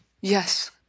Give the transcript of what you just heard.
Yes